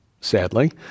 sadly